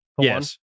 Yes